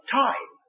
time